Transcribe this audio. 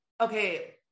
okay